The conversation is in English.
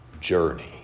journey